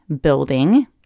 building